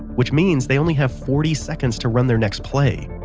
which means they only have forty seconds to run their next play.